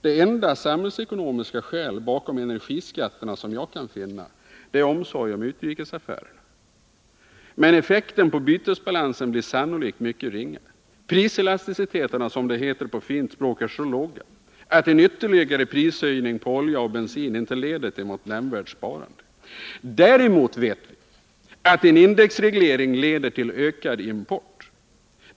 Det enda samhällsekonomiska skäl bakom energiskatterna som jag kan finna är omsorgen om utrikesaffärerna. Men effekten på bytesbalansen blir sannolikt mycket ringa. Priselasticiteterna, som det heter på fint språk, är så låga att en ytterligare prishöjning på olja och bensin inte leder till något nämnvärt sparande. Däremot vet vi att en indexreglering leder till ökad import.